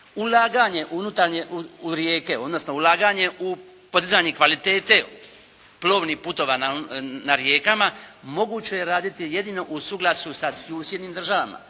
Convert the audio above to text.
ulaganje u rijeke odnosno ulaganje u podizanje kvalitete plovnih putova na rijekama moguće je raditi jedino u suglasju sa susjednim državama